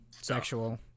sexual